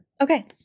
Okay